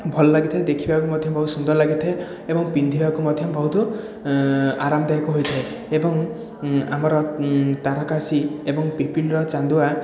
ଭଲ ଲାଗିଥାଏ ଦେଖିବାକୁ ମଧ୍ୟ ବହୁତ ସୁନ୍ଦର ଲାଗିଥାଏ ଏବଂ ପିନ୍ଧିବାକୁ ମଧ୍ୟ ବହୁତ ଆରାମଦାୟକ ହୋଇଥାଏ ଏବଂ ଆମର ତାରକାଶି ଏବଂ ପିପିଲିର ଚାନ୍ଦୁଆ